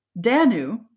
Danu